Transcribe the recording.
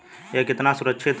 यह कितना सुरक्षित है?